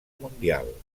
mundial